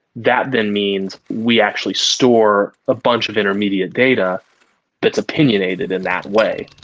that then means we actually store a bunch of intermediate data that's opinionated in that way.